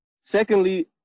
Secondly